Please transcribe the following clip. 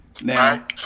Now